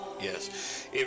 Yes